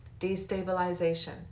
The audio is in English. Destabilization